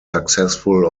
successful